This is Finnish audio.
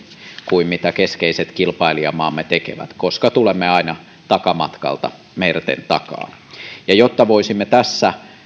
kuin keskeiset kilpailijamaamme tekevät koska tulemme aina takamatkalta merten takaa jotta voisimme tässä